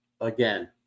Again